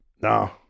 No